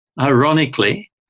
Ironically